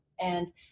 and-